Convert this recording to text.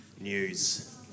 news